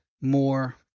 more